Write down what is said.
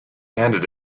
handed